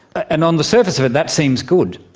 and on the surface of it that seems good,